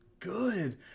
good